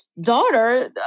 daughter